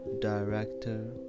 director